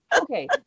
okay